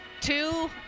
two